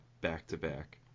back-to-back